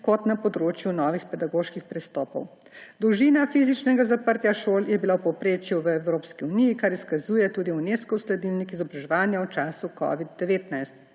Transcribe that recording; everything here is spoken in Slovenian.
kot na področju novih pedagoških pristopov. Dolžina fizičnega zaprtja šol je bila v povprečju v Evropski uniji, kar izkazuje tudi Unescov sledilnik izobraževanja v času covida-19.